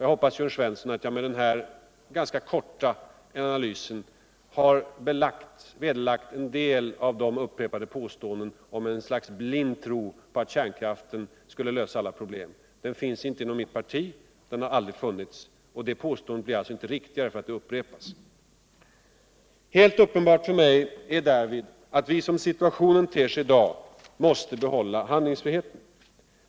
Jag hoppas, Jörn Svensson, att jag med denna ganska korta analys har vederlagt en del av de upprepade påståendena onv att vi har ett slags blind tro på att kärnkraften skulle lösa alla problem. Den tron finns inte inom mitt parti = den har aldrig funnits. Påståendet blir inte riktigare för att det upprepas. Helt uppenbart för mig är att vi som situationen ter sig i dag måste behålla handlingsfriheten.